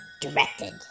Directed